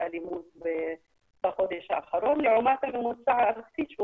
אלימות בחודש האחרון לעומת הממוצע הארצי,